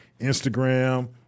Instagram